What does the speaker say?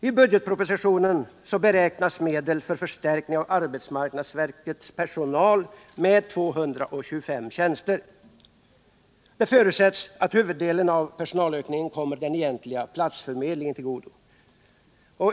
I budgetpropositionen beräknas medel för förstärkning av arbetsmarknadsverkets personal med 225 tjänster. Det förutsätts att huvuddelen av personalökningen kommer den egentliga platsförmedlingen till godo.